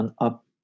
up